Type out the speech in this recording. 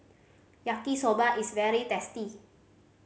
Yaki Soba is very tasty